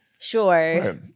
sure